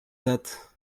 that